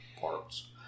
parts